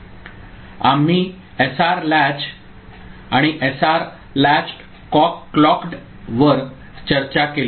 आम्ही SR latch आणि SR latch clocked वर चर्चा केली